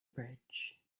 bridge